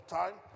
time